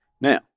now